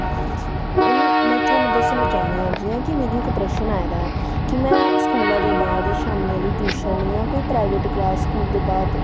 हून में थाह्नूं दस्सना चाह्न्नी आं जि'यां कि मिगी इक प्रशन आए दा ऐ कि में स्कूला दे बाद शामीं आह्ली ट्यूशन जां कोई प्राईवेट क्लास स्कूल दे बाद